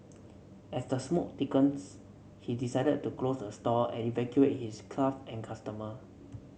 as the smoke thickens he decided to close the store and evacuate his and customer